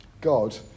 God